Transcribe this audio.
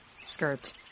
skirt